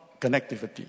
connectivity